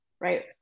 right